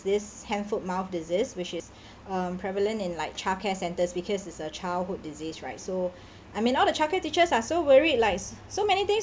this hand foot mouth disease which is um prevalent in like childcare centres because it's a childhood disease right so I mean all the childcare teachers are so worried like so many things